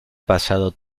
pasado